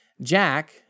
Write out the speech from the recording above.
Jack